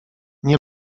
nie